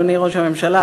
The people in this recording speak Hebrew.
אדוני ראש הממשלה,